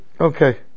okay